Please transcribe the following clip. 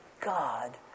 God